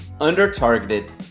under-targeted